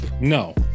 No